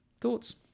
Thoughts